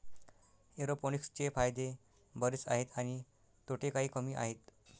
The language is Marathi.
एरोपोनिक्सचे फायदे बरेच आहेत आणि तोटे काही कमी आहेत